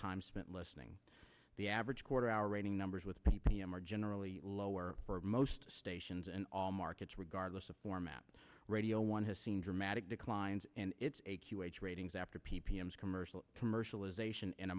time spent listening to the average quarter hour reading numbers with p p m are generally lower for most stations and all markets regardless of format radio one has seen dramatic declines in its ratings after p p s commercial commercialization in a